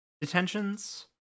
detentions